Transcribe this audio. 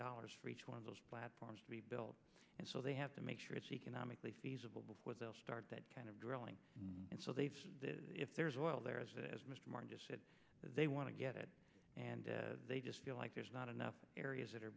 dollars for each one of those platforms to be built and so they have to make sure it's economically feasible before they'll start that kind of drilling and so they if there's oil there as mr maher just said they want to get it and they just feel like there's not enough areas that are